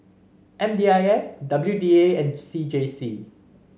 M D I S W D A and C J C